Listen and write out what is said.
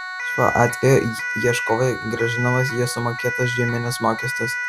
šiuo atveju ieškovui grąžinamas jo sumokėtas žyminis mokestis